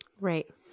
Right